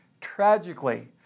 Tragically